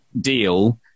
deal